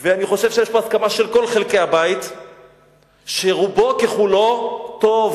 ואני חושב שיש פה הסכמה של כל חלקי הבית שרובו ככולו טוב,